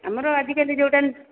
ଆମର ଆଜିକାଲି ଯୋଉଟା